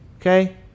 Okay